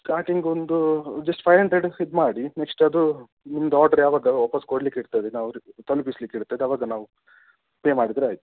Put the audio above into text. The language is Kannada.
ಸ್ಟಾರ್ಟಿಂಗ್ ಒಂದು ಜಸ್ಟ್ ಫಯ್ ಹಂಡ್ರೆಡ್ ಇದು ಮಾಡಿ ನೆಕ್ಸ್ಟ್ ಅದು ನಿಮ್ದು ಆರ್ಡ್ರ್ ಯಾವಾಗ ವಾಪಸ್ ಕೊಡಲಿಕ್ಕಿರ್ತದೆ ನಾವು ಅವ್ರಿಗೆ ತಲ್ಪಿಸ್ಲಿಕ್ ಇರ್ತದೆ ಅವಾಗ ನಾವು ಪೇ ಮಾಡಿದರೆ ಆಯಿತು